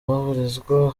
boherezwa